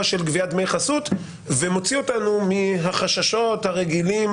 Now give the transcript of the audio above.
של גביית דמי חסות ומוציא אותנו מהחששות הרגילים